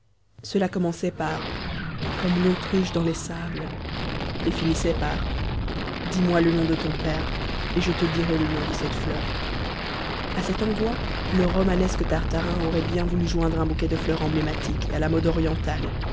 cela commençait par comme l'autruche dans les sables et finissait par dis-moi le nom de ton père et je te dirai le nom de cette fleur page a cet envoi le romanesque tartarin aurait bien voulu joindre un bouquet de fleurs emblématiques à la mode orientale